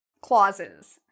clauses